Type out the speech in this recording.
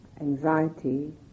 anxiety